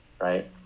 right